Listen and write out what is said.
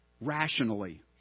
rationally